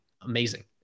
amazing